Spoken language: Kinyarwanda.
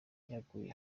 yaguye